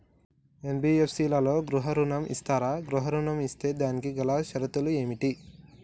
NBFC లలో గృహ ఋణం ఇస్తరా? గృహ ఋణం ఇస్తే దానికి గల షరతులు ఏమిటి?